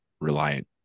reliant